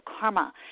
karma